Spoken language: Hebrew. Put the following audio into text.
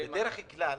בדרך כלל